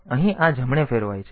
તેથી અહીં આ જમણે ફેરવાય છે